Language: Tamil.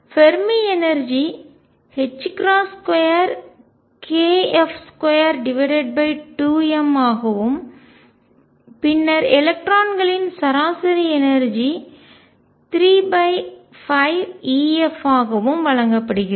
ஃபெர்மி எனர்ஜிஆற்றல் 2kF22m ஆகவும் பின்னர் எலக்ட்ரான்களின் சராசரி எனர்ஜிஆற்றல் 35F ஆகவும் வழங்கப்படுகிறது